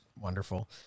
wonderful